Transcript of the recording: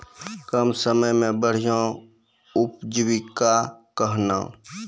कम समय मे बढ़िया उपजीविका कहना?